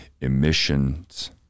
emissions